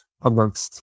amongst